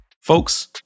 Folks